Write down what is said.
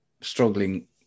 struggling